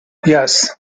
yes